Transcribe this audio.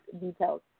details